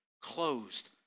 closed